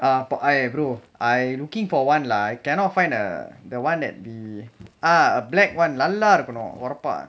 ah !aiya! brother I looking for one lah I cannot find ah the [one] that black [one] நல்லா இருக்குனு உறப்பா:nallaa irukkunu urappaa